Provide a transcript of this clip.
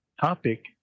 topic